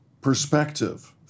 perspective